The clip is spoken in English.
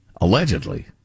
Allegedly